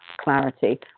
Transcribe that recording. clarity